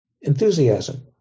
enthusiasm